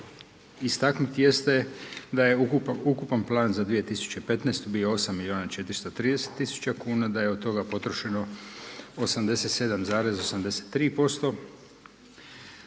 istaknuti jeste da je ukupan plan za 2015. bio 8 milijuna 430 tisuća kuna, da je od toga potrošeno 87,83%.